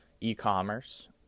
e-commerce